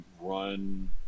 run